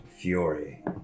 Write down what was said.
fury